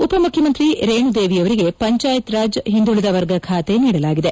ಉಪ ಮುಖ್ಯಮಂತ್ರಿ ರೇಣುದೇವಿಯವರಿಗೆ ಪಂಚಾಯತ್ ರಾಜ್ ಹಿಂದುಳಿದ ವರ್ಗ ಖಾತೆ ನೀಡಲಾಗಿದೆ